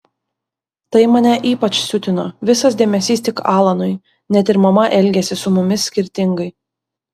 tai mane ypač siutino visas dėmesys tik alanui net ir mama elgėsi su mumis skirtingai